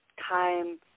time